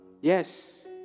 Yes